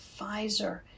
Pfizer